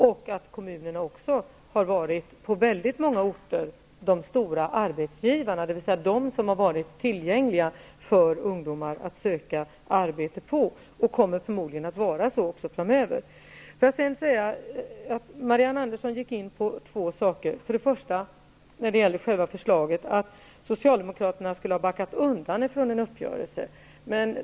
På många orter är det också så att kommunerna har varit de stora arbetsgivarna; de som har varit tillgängliga för ungdomar att söka arbete hos. Det kommer nog att vara så även framöver. Marianne Andersson tog upp två frågor. När det gäller själva förslaget sade hon att Socialdemokraterna skulle ha backat undan från en uppgörelse.